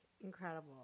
incredible